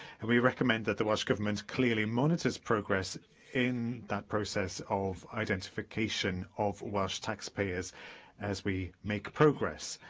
and we recommend that the welsh government clearly monitors progress in that process of identification of welsh taxpayers as we make progress.